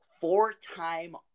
Four-time